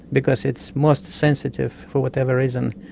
because it's most sensitive, for whatever reason.